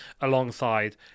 alongside